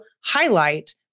highlight